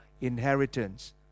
inheritance